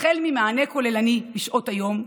ממענה כוללני בשעות היום,